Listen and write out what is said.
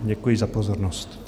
Děkuji za pozornost.